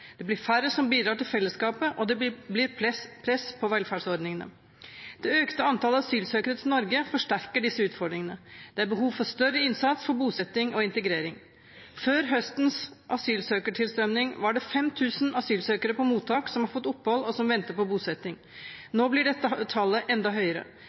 Det blir færre som bidrar til fellesskapet, og det blir press på velferdsordningene. Det økte antallet asylsøkere til Norge forsterker disse utfordringene. Det er behov for større innsats for bosetting og integrering. Før høstens asylsøkertilstrømming var det 5 000 asylsøkere på mottak som har fått opphold, og som venter på bosetting. Nå blir dette tallet enda høyere.